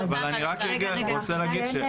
לכן,